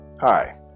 Hi